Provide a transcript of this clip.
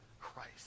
Christ